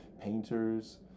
painters